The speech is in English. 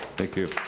thank you.